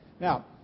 Now